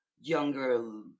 younger